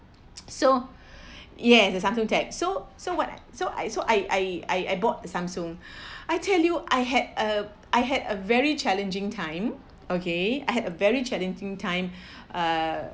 so yes a Samsung tab so so what so I so I I I bought the Samsung I tell you I had a I had a very challenging time okay I had a very challenging time uh